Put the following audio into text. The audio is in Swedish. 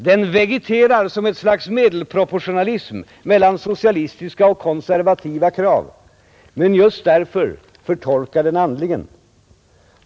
Den vegeterar som ett slags medelproportionalism mellan socialistiska och konservativa krav. Men just därför förtorkar den andligen.